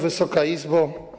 Wysoka Izbo!